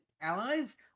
allies